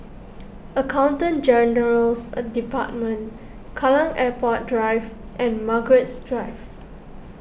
Accountant General's Department Kallang Airport Drive and Margaret Drive